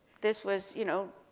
this was, you know,